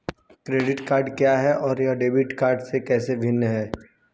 Credit card क्या है और यह डेबिट कार्ड से कैसे भिन्न है?